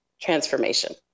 transformation